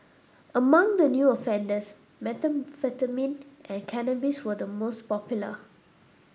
among the new offenders methamphetamine and cannabis were the most popular